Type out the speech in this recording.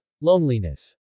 Loneliness